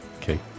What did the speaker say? okay